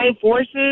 forces